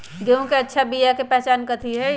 गेंहू के अच्छा बिया के पहचान कथि हई?